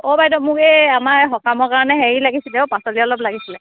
অঁ বাইদেউ মোক এই আমাৰ সকামৰ কাৰণে হেৰি লাগিছিল অ' পাচলি অলপ লাগিছিল